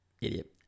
idiot